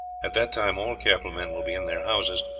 at that time all careful men will be in their houses,